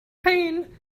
pain